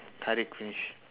finished